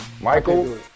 Michael